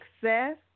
success